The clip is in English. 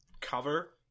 cover